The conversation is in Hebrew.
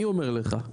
אני אומר לך.